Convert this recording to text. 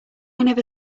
never